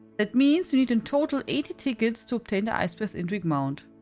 that means you need in total eighty tickets to obtain the icebreath indrik mount.